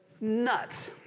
nuts